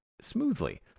smoothly